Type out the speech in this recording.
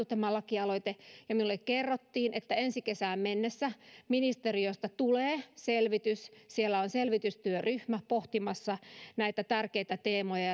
tämä lakialoite ja minulle kerrottiin että ensi kesään mennessä ministeriöstä tulee selvitys siellä on selvitystyöryhmä pohtimassa näitä tärkeitä teemoja